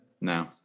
No